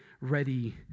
ready